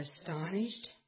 astonished